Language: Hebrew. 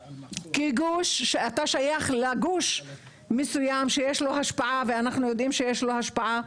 כמישהו שייך לגוש מסוים שיש לו השפעה ואנחנו יודעים שיש לו השפעה,